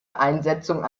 einsetzung